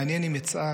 מעניין אם אצעק,